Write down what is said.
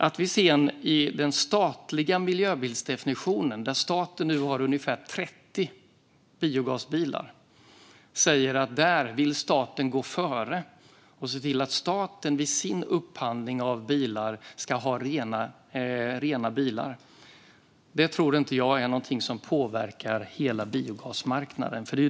Att vi sedan i den statliga miljöbilsdefinitionen, där staten har med ungefär 30 biogasbilar, säger att staten ska gå före och upphandla rena bilar är inte något som påverkar hela biogasmarknaden.